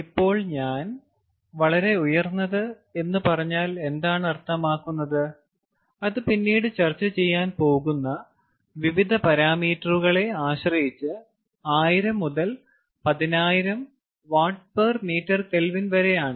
ഇപ്പോൾ ഞാൻ വളരെ ഉയർന്നത് എന്ന് പറഞ്ഞാൽ എന്താണ് അർത്ഥമാക്കുന്നത് അത് പിന്നീട് ചർച്ച ചെയ്യാൻ പോകുന്ന വിവിധ പാരാമീറ്ററുകളെ ആശ്രയിച്ച് 1000 മുതൽ 10000 WmK വരെയാണ്